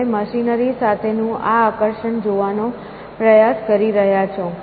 તમે મશીનરી સાથેનું આ આકર્ષણ જોવાનો પ્રયાસ કરી રહ્યાં છો